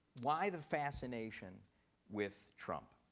why the fascination with trump?